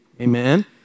Amen